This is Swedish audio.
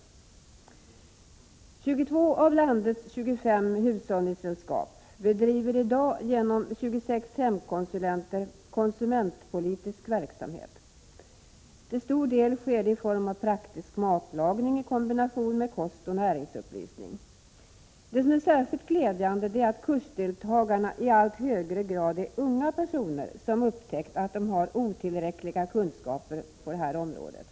I dag bedriver 22 av landets 25 hushållningssällskap konsumentpolitisk verksamhet genom 26 hemkonsulenter. Till stor del sker detta i form av kurser i praktisk matlagning i kombination med kostoch näringsupplysning. Det som är särskilt glädjande är att kursdeltagarna i allt högre grad är unga personer, som upptäckt att de har otillräckliga kunskaper på det här området.